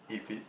if it